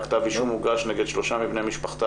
כתב אישום הוגש נגד שלושה מבני משפחתה